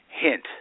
Hint